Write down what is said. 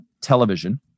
television